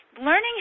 learning